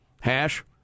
Hash